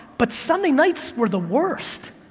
but sunday nights were the worst,